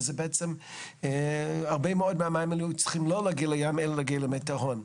שזה בעצם הרבה מאוד מהמים האלו צריכים לא להגיע לים אלא להגיע למי תהום.